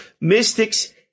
Mystics